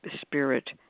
spirit